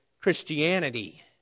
Christianity